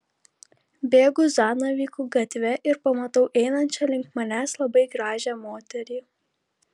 bėgu zanavykų gatve ir pamatau einančią link manęs labai gražią moterį